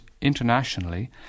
internationally